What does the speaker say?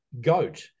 goat